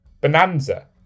Bonanza